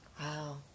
Wow